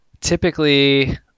typically